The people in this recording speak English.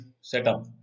setup